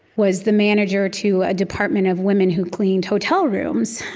was the manager to a department of women who cleaned hotel rooms,